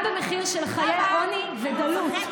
גם במחיר של חיי עוני ודלות,